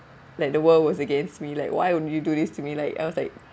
like the world was against me like why you want to do this to me like I was like